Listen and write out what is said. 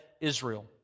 Israel